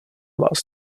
vás